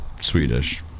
Swedish